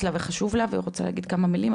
לה וחשוב לה והיא רוצה להגיד כמה מילים,